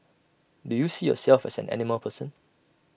do you see yourself as an animal person